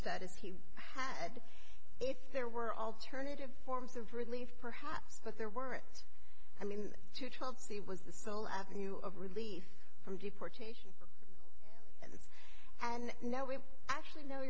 status he had if there were alternative forms of relief perhaps but there weren't i mean to chance he was the sole avenue of relief from deportation and now we actually know